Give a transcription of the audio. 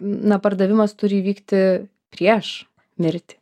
na pardavimas turi įvykti prieš mirtį